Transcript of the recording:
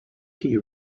tea